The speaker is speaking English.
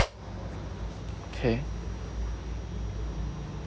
okay